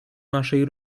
naszej